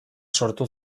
sortu